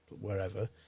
wherever